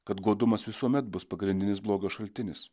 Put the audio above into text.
kad godumas visuomet bus pagrindinis blogio šaltinis